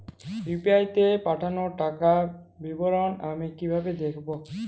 UPI তে পাঠানো টাকার বিবরণ আমি কিভাবে দেখবো?